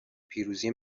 پیروزی